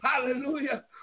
Hallelujah